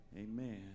Amen